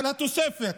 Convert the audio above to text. על התוספת,